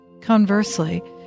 Conversely